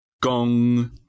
gong